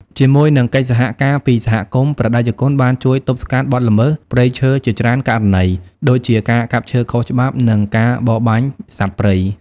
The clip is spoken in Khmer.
ជាមួយនឹងកិច្ចសហការពីសហគមន៍ ព្រះតេជគុណបានជួយទប់ស្កាត់បទល្មើសព្រៃឈើជាច្រើនករណី ដូចជាការកាប់ឈើខុសច្បាប់ និងការបរបាញ់សត្វព្រៃ។